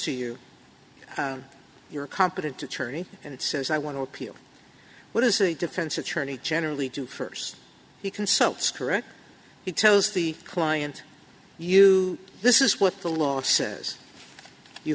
to you your competent attorney and says i want to appeal what is a defense attorney generally do first he consults correct he tells the client you this is what the law says you